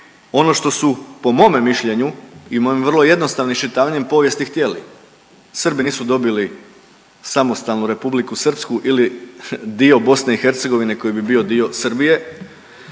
ono što su po mome mišljenju i mojem vrlo jednostavnim iščitavanjem povijesti htjeli, Srbi nisu dobili samostalnu Republiku Srpsku ili dio BiH koji bi bio dio Srbije,